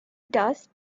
does